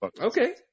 Okay